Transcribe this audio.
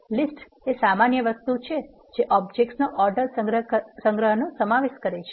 list એ સામાન્ય વસ્તુ છે જે ઓબ્જેક્ટ નો ઓર્ડર સંગ્રહનો સમાવેશ કરે છે